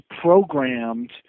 programmed